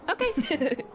Okay